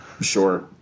Sure